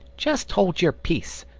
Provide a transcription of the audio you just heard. just hold your peace,